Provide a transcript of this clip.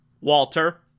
Walter